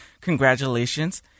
congratulations